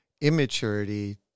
immaturity